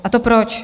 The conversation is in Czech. A to proč?